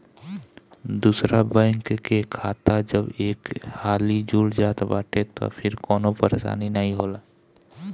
दूसरा बैंक के खाता जब एक हाली जुड़ जात बाटे तअ फिर कवनो परेशानी नाइ होला